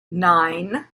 nine